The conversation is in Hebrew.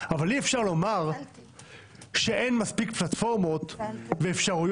אבל אי אפשר לומר שאין מספיק פלטפורמות ואפשרויות